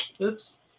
Oops